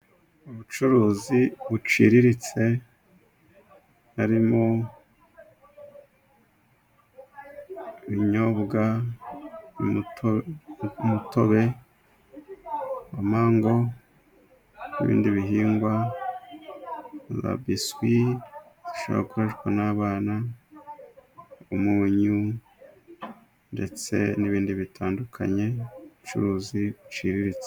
Ubucuruzi buciriritse harimo: ibinyobwa ,umutobe , mango n'ibindi bihingwa, za biswi zishobora gukoreshwa n'abana, umunyu ndetse n'ibindi bitandukanye by'ubucuruzi buciriritse.